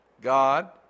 God